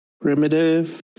primitive